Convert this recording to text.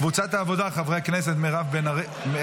קבוצת סיעת העבודה: מרב מיכאלי,